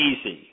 easy